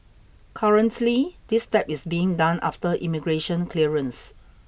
currently this step is being done after immigration clearance